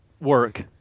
work